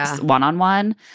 one-on-one